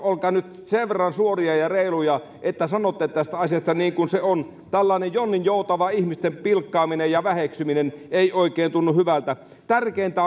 olkaa nyt edes kerran sen verran suoria ja reiluja että sanotte tästä asiasta niin kuin se on tällainen jonninjoutava ihmisten pilkkaaminen ja väheksyminen ei oikein tunnu hyvältä tärkeintä